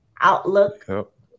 outlook